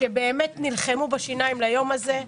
שבאמת נלחמו בשיניים ליום הזה,